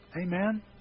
Amen